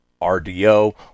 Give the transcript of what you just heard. R-D-O